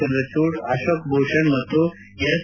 ಚಂದ್ರಚೂಡ್ ಅಶೋಕ್ ಭೂಷಣ್ ಮತ್ತು ಎಸ್